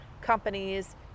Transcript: companies